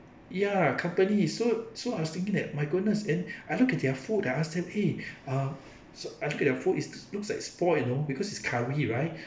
ya company so so I was thinking that my goodness and I look at their food ah I ask them eh uh so I look at your food it looks like spoiled you know because it's curry right